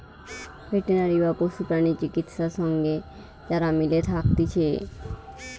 veterinary বা পশু প্রাণী চিকিৎসা সঙ্গে যারা মিলে থাকতিছে